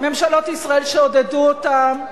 ממשלות ישראל שעודדו אותם.